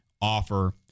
offer